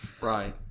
Right